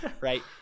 right